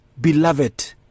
beloved